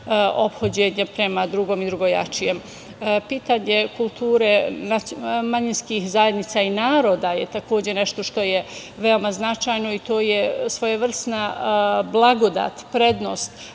ophođenja prema drugom i drugojačijem. Pitanje kulture manjinskih zajednica i naroda je takođe nešto što je veoma značajno i to je svojevrsna blagodat, prednost,